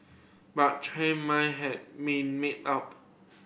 but Chen mind had been made up